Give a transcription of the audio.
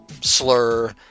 slur